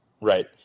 Right